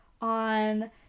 on